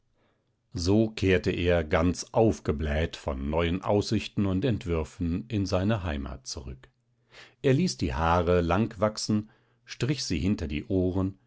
so kehrte er ganz aufgebläht von neuen aussichten und entwürfen in seine heimat zurück er ließ die haare lang wachsen strich sie hinter die ohren